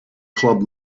club